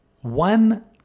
One